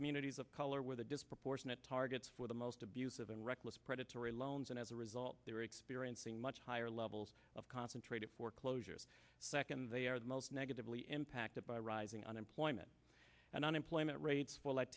communities of color with a disproportionate targets for the most abusive and reckless predatory loans and as a result they are experiencing much higher levels of concentrated foreclosures second they are the most negatively impacted by rising unemployment and unemployment rates for l